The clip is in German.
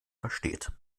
versteht